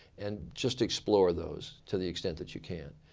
and just explore those to the extent that you can.